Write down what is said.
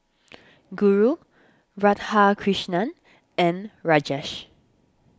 Guru Radhakrishnan and Rajesh